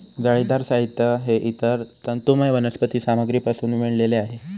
जाळीदार साहित्य हे इतर तंतुमय वनस्पती सामग्रीपासून विणलेले आहे